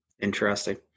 Interesting